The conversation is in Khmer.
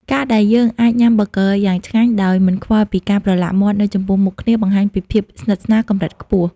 ការដែលយើងអាចញ៉ាំប៊ឺហ្គឺយ៉ាងឆ្ងាញ់ដោយមិនខ្វល់ពីការប្រឡាក់មាត់នៅចំពោះមុខគ្នា បង្ហាញពីភាពស្និទ្ធស្នាលកម្រិតខ្ពស់។